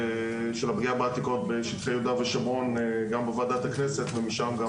הפגיעה בעתיקות בשטחי יהודה ושומרון גם בוועדת הכנסת ומשם גם,